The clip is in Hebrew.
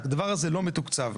הדבר הזה לא מתוקצב.